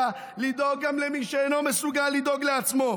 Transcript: לדאוג גם למי שאינו מסוגל לדאוג לעצמו",